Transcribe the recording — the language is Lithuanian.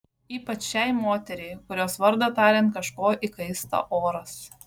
ypač šiai moteriai kurios vardą tariant kažko įkaista oras